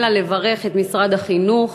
אלא לברך את משרד החינוך